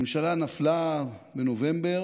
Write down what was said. הממשלה נפלה בנובמבר.